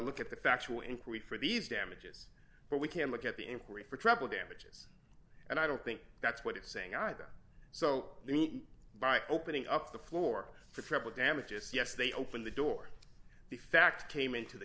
look at the factual inquiry for these damages but we can look at the inquiry for trouble damages and i don't think that's what it's saying either so by opening up the floor for treble damages yes they open the door the fact came into the